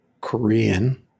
Korean